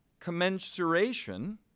commensuration